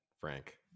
Frank